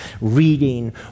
reading